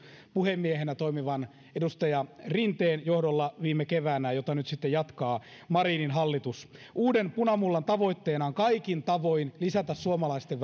puhemiehenä toimivan edustaja rinteen johdolla viime keväänä ja jota nyt sitten jatkaa marinin hallitus uuden punamullan tavoitteena on kaikin tavoin lisätä suomalaisten